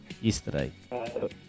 yesterday